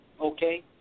Okay